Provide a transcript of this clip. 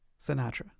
Sinatra